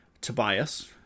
Tobias